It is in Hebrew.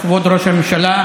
כבוד ראש הממשלה,